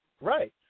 right